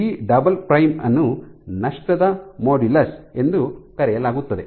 G G" double prime double prime" ಅನ್ನು ನಷ್ಟದ modulus ಎಂದು ಕರೆಯಲಾಗುತ್ತದೆ